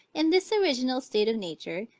in this original state of nature,